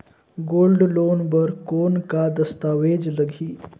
Gold loan बर कौन का दस्तावेज लगही?